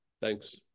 thanks